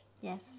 Yes